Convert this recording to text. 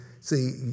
see